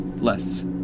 less